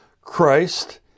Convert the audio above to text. Christ